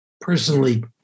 personally